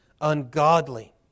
ungodly